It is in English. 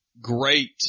great